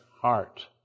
heart